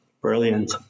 Brilliant